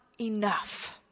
enough